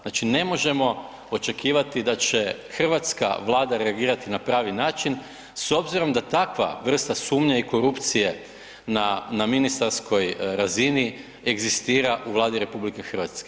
Znači ne možemo očekivati da će hrvatska Vlada reagirati na pravi način s obzirom da takva vrsta sumnje i korupcije na ministarskoj razini egzistira u Vladi RH.